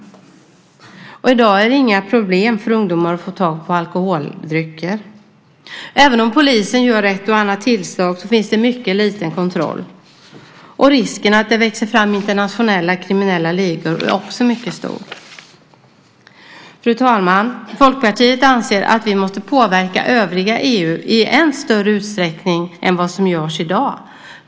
I dag är det inga problem för ungdomar att få tag i alkoholdrycker. Även om polisen gör ett och annat tillslag är kontrollen mycket liten. Risken att internationella kriminella ligor växer fram är också mycket stor. Fru talman! Folkpartiet anser att vi måste påverka övriga EU i ännu större utsträckning än som görs i dag.